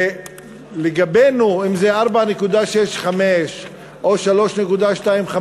ולגבינו, אם זה 4.65 או 3.25,